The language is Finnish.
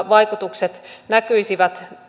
vaikutukset näkyisivät